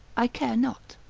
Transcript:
i care not.